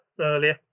earlier